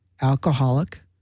alcoholic